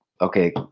okay